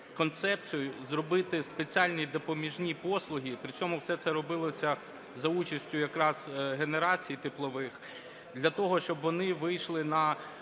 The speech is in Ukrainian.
концепцію зробити спеціальні допоміжні послуги, причому все це робилося за участю якраз генерацій теплових, для того щоб вони вийшли на